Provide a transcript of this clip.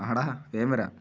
ആടാ വേഗം വരാം